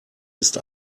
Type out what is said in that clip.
ist